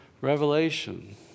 revelation